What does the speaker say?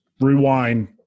rewind